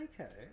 Okay